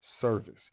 service